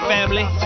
Family